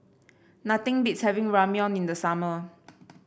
nothing beats having Ramyeon in the summer